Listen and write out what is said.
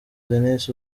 dennis